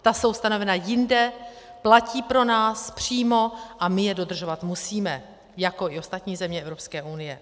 Ta jsou stanovena jinde, platí pro nás přímo a my je dodržovat musíme jako i ostatní země Evropské unie.